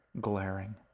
glaring